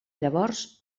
llavors